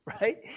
right